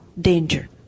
danger